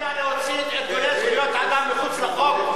אתה מציע להוציא את ארגוני זכויות האדם מחוץ לחוק?